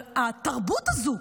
אבל התרבות הזו,